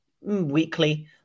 weekly